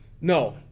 No